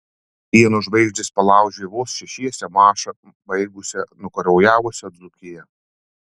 pieno žvaigždės palaužė vos šešiese mačą baigusią nukraujavusią dzūkiją